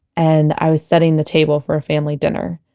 and i was setting the table for a family dinner.